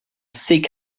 seek